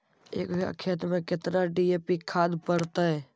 एक बिघा खेत में केतना डी.ए.पी खाद पड़तै?